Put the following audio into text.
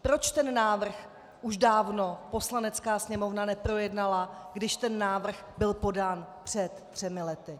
Proč ten návrh už dávno Poslanecká sněmovna neprojednala, když ten návrh byl podán před třemi lety?